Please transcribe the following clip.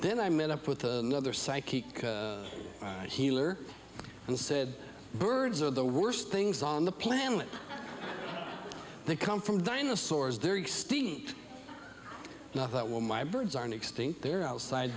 then i met up with another psychic healer and said birds are the worst things on the planet they come from dinosaurs they're extinct and i thought well my birds aren't extinct they're outside